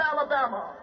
Alabama